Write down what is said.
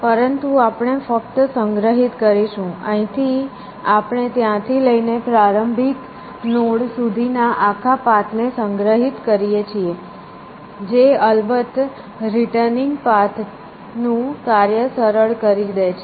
પરંતુ આપણે ફક્ત સંગ્રહિત કરીશું અહીંથી આપણે ત્યાં થી લઇ ને પ્રારંભિક નોડ સુધીના આખા પાથ ને સંગ્રહિત કરીએ છીએ જે અલબત્ત રિટર્નિંગ પાથ નું કાર્ય સરળ કરી દે છે